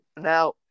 Now